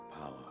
power